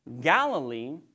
Galilee